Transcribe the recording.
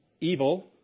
evil